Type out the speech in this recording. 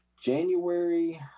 January